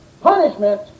punishment